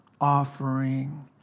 offering